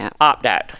opt-out